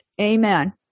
Amen